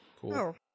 Cool